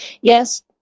Yes